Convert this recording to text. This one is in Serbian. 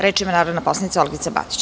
Reč ima narodna poslanica Olgica Batić.